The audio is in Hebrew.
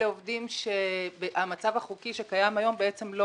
אלה עובדים שהמצב החוקי שקיים היום בעצם לא